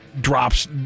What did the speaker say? drops